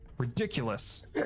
ridiculous